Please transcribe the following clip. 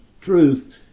Truth